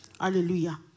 Hallelujah